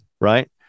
right